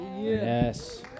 Yes